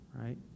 right